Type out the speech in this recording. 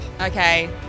Okay